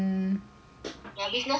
ya business damn shag